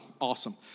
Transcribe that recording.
Awesome